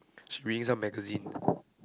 she reading some magazine